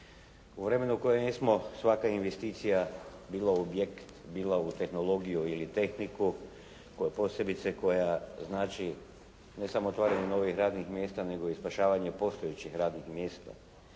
U vremenu u kojem jesmo svaka investicija bilo u objekt, bilo u tehnologiju ili tehniku koja, posebice koja znači ne samo otvaranje novih radnih mjesta nego i spašavanje postojećih radnih mjesta.